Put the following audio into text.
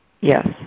Yes